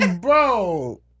Bro